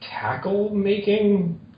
tackle-making